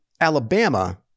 Alabama